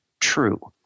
true